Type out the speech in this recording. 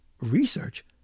research